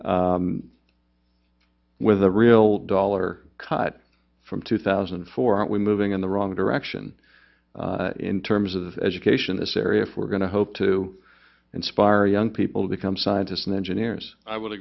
us with a real dollar cut from two thousand and four aren't we moving in the wrong direction in terms of education this area if we're going to hope to inspire young people become scientists and engineers i would